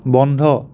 বন্ধ